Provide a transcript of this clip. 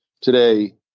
Today